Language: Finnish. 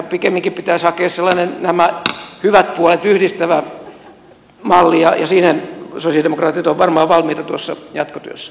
pikemminkin pitäisi hakea sellainen nämä hyvät puolet yhdistävä malli ja siihen sosialidemokraatit ovat varmaan valmiita tuossa jatkotyössä